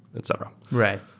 etc. right.